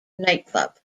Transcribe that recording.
nightclub